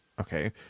okay